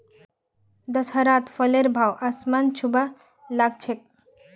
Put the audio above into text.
दशहरात फलेर भाव आसमान छूबा ला ग छेक